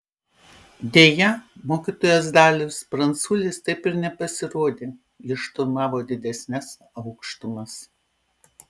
deja mokytojas dalius pranculis taip ir nepasirodė jis šturmavo didesnes aukštumas